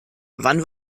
wann